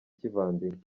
kivandimwe